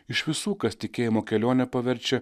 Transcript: iš visų kas tikėjimo kelionę paverčia